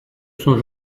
sont